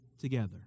together